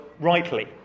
Rightly